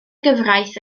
gyfraith